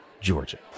Georgia